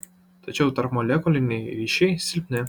tačiau tarpmolekuliniai ryšiai silpni